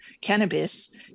cannabis